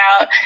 out